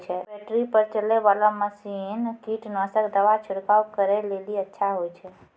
Battery पर चलै वाला मसीन कीटनासक दवा छिड़काव करै लेली अच्छा होय छै?